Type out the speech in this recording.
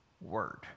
word